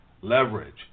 Leverage